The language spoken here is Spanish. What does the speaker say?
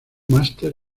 máster